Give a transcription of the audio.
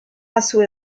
assaut